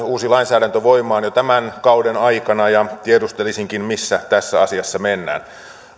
uusi lainsäädäntö voimaan jo tämän kauden aikana tiedustelisinkin missä tässä asiassa mennään